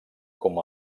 com